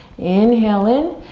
inhale in,